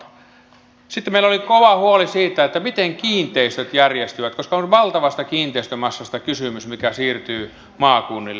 sitten meillä oli kova huoli siitä miten kiinteistöt järjestyvät koska on valtavasta kiinteistömassasta kysymys mikä siirtyy maakunnille